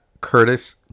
Curtis